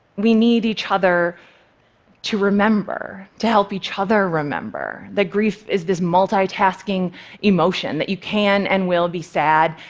we need each other to remember, to help each other remember, that grief is this multitasking emotion. that you can and will be sad,